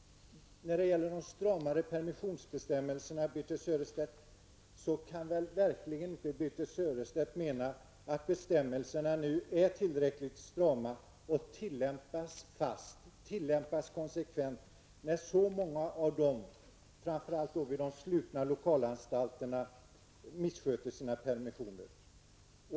När det gäller de stramare permissionsbestämmelserna kan väl Birthe Sörestedt inte mena att bestämmelserna nu är tillräckligt strama och tillämpas fast och konsekvent, när så många av de intagna, framför allt på de slutna lokalanstalterna, missköter sina permissioner.